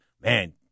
Man